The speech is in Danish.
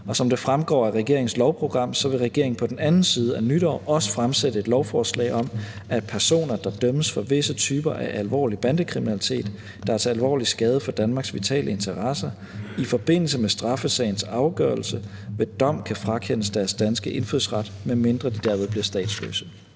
Som det fremgår af regeringens lovprogram, vil regeringen på den anden side af nytår også fremsætte lovforslag om, at personer, der dømmes for visse typer af alvorlig bandekriminalitet, der er til alvorlig skade for Danmarks vitale interesser, i forbindelse med straffesagens afgørelse ved dom kan frakendes deres danske indfødsret, medmindre de derved bliver statsløse.